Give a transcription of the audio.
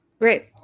Great